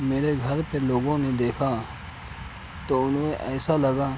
میرے گھر پہ لوگوں نے دیکھا تو انہیں ایسا لگا